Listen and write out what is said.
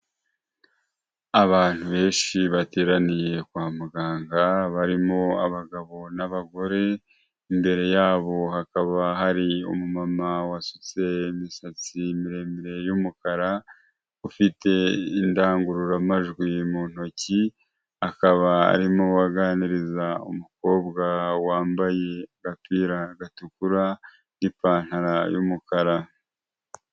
Abantu benshi bateraniye kwa muganga barimo abagabo n'abagore, imbere yabo hakaba hari umumama wasutse imisatsi miremire y'umukara ufite indangururamajwi mu ntoki, akaba arimo aganiriza umukobwa wambaye agapira gatukura n'ipantaro y'umukara.